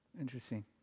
Interesting